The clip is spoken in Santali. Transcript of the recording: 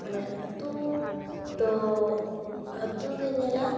ᱢᱟᱱᱮ ᱟᱹᱛᱩᱻ ᱫᱚᱻ ᱟᱹᱛᱩᱫᱚᱭ ᱧᱮᱞᱟ